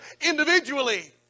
individually